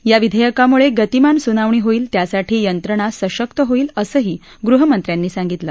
या विधेयकामुळे गतीमान सुनावणी होईल त्यासाठी यंत्रणा सशक्त होईल असंही गृहमंत्र्यांनी सांगितलं